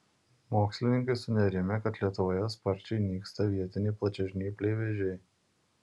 mokslininkai sunerimę kad lietuvoje sparčiai nyksta vietiniai plačiažnypliai vėžiai